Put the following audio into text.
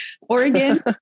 Oregon